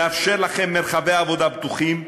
לאפשר לכם מרחבי עבודה פתוחים,